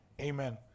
amen